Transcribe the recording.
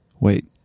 Wait